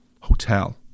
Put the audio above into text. hotel